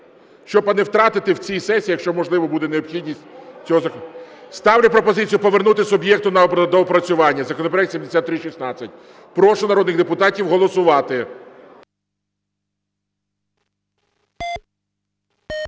щоб не втратити в цій сесії, якщо можливо буде необхідність цього… Ставлю пропозицію повернути суб'єкту на доопрацювання законопроект 7316. Прошу народних депутатів голосувати.